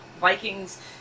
Vikings